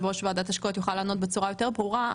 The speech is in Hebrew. ראש ועדת השקעות יוכל לענות בצורה יותר ברורה,